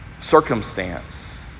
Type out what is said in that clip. circumstance